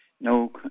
No